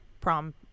prom